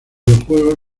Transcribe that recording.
videojuego